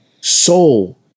soul